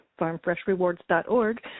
farmfreshrewards.org